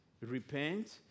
Repent